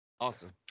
Awesome